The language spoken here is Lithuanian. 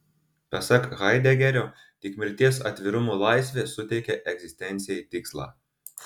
pasak haidegerio tik mirties atvirumo laisvė suteikia egzistencijai tikslą